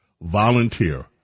volunteer